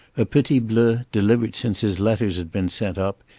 a petit bleu delivered since his letters had been sent up,